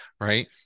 right